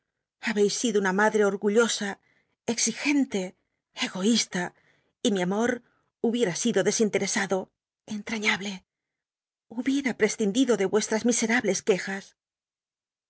llabcis sido una marh'e orgullosa exigent e egoísta y mi amm hubicm sido desinteresado entrañable hubiera prescindido de nrestms miserables quejas